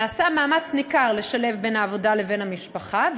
נעשה מאמץ ניכר לשלב בין העבודה לבין המשפחה,